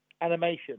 animation